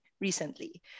recently